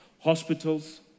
hospitals